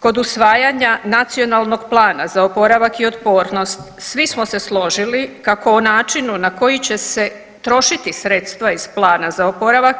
Kod usvajanja Nacionalnog plana za oporavak i otpornost svi smo se složili kako o načinu na koji će se trošiti sredstva iz Plana za oporavak,